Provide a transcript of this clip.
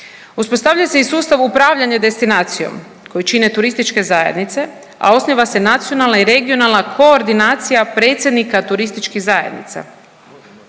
Uspostavlja se i sustav upravljanja destinacijom koji čine turističke zajednice, a osniva se nacionalna i regionalna koordinacija predsjednika turističkih zajednica.